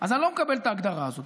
אז אני לא מקבל את ההגדרה הזאת,